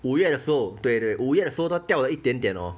五月的时候对对五月的时候它掉了一点点 hor